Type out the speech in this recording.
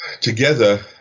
together